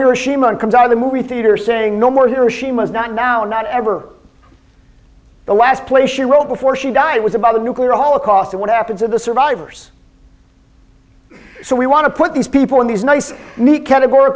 hiroshima and comes out of the movie theater saying no more hiroshima is not now not ever the last place she wrote before she died it was about the nuclear holocaust and what happens of the survivors so we want to put these people in these nice neat categor